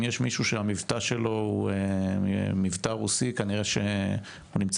שאם יש למישהו מבטא רוסי כנראה הוא נמצא